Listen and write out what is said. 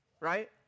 right